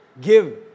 give